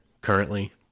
currently